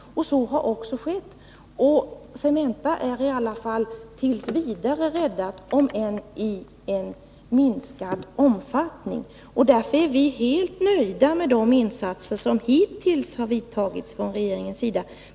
Så har också skett. Cementa är i alla fall t. v. räddat, om än i minskad omfattning. Därför är vi helt nöjda med de insatser som hittills har gjorts av regeringen.